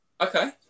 okay